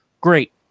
great